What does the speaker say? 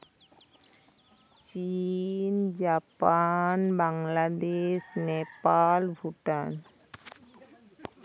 China Japan Bangladesh Nepal Bhutan